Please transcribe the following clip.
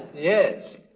yes,